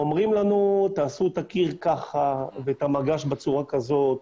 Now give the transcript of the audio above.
אומרים לנו תעשו את הקיר ככה, את המגש בצורה כזאת,